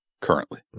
currently